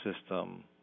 system